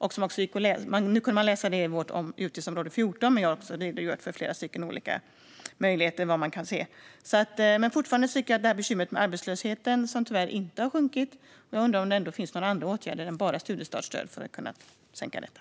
Man kan läsa om det i utgiftsområde 14, men jag har också redogjort för flera olika möjligheter. Fortfarande tycker jag att det är ett bekymmer med arbetslösheten som tyvärr inte har sjunkit, och jag undrar om det finns några andra åtgärder än studiestartsstöd för att sänka den.